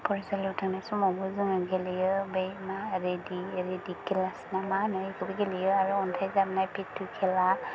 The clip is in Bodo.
फरायसालियाव थांनाय समावबो जोङो गेलेयो बै मा रेदि खेलासोना मा होनो बेखौबो गेलेयो आरो अन्थाइ जाबनाय पिट्टु खेला